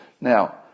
Now